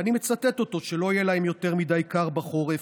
ואני מצטט אותו: "שלא יהיה להם יותר מדי קר בחורף,